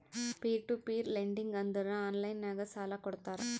peer to peer lending ಅಂದುರ್ online ನಾಗ್ ಸಾಲಾ ಕೊಡ್ತಾರ